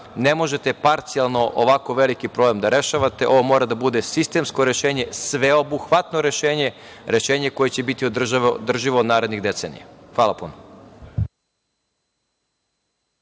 ne možete parcijalno ovako veliki problem da rešavate, ovo mora da bude sistemsko rešenje, sveobuhvatno rešenje, rešenje koje će biti održivo narednih decenija. Hvala puno.